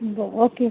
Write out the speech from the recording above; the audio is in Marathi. बरं ओके सर